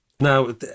Now